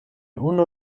unu